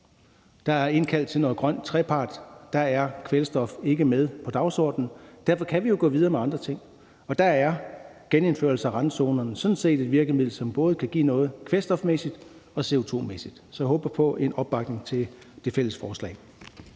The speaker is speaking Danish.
Der er indkaldt til en grøn trepart, men der er kvælstof ikke med på dagsordenen. Men derfor kan vi jo godt gå videre med andre ting, og der er genindførelsen af randzonerne sådan set et virkemiddel, som både kan give noget kvælstofmæssigt og CO2-mæssigt. Så jeg håber på opbakning til det fælles forslag.